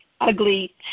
ugly